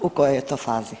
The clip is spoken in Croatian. U kojoj je to fazi?